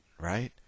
right